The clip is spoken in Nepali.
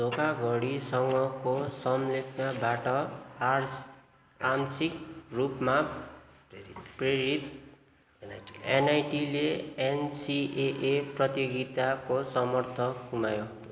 धोखाधडीसँगको संलग्नताबाट आंशिक आंशिक रूपमा प्रेरित एनआइटीले एनसिएए प्रतियोगिताको समर्थक गुमायो